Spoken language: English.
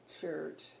church